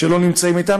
שלא נמצא אתנו,